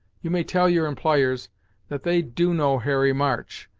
you may tell your empl'yers that they do know harry march,